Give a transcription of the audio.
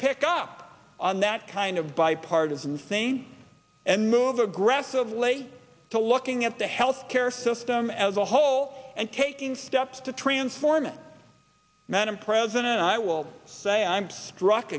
pick up on that kind of bipartisan thing and move aggressively to looking at the health care system as a whole and taking steps to transform it madam president i will say i'm struck